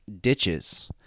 ditches